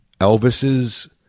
Elvis's